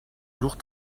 lourd